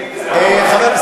זהבה,